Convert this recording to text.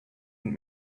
und